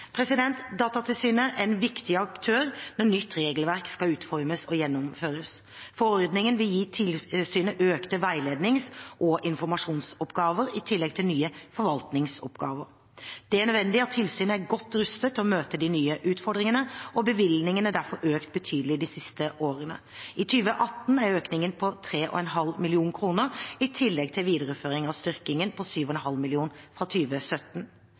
Datatilsynet er en viktig aktør når nytt regelverk skal utformes og gjennomføres. Forordningen vil gi tilsynet økte veilednings- og informasjonsoppgaver i tillegg til nye forvaltningsoppgaver. Det er nødvendig at tilsynet er godt rustet til å møte de nye utfordringene, og bevilgningen er derfor økt betydelig de siste årene. I 2018 er økningen på 3,5 mill. kr i tillegg til videreføring av styrkingen på 7,5 mill. kr fra